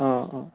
অঁ অঁ